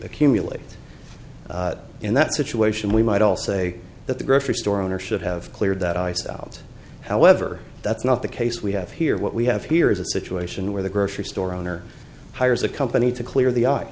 accumulate in that situation we might all say that the grocery store owner should have cleared that ice out however that's not the case we have here what we have here is a situation where the grocery store owner hires a company to clear the